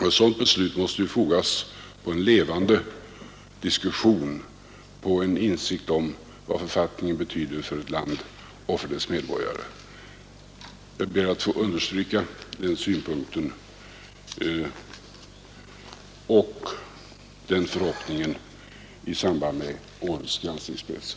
Ett sådant beslut måste ju fotas på en levande diskussion, på en insikt om vad författningen betyder för ett land och för dess medborgare. Jag ber att få understryka den synpunkten och den förhoppningen i samband med behandlingen av årets granskningsberättelse.